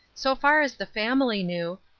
so far as the family knew,